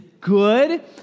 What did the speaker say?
good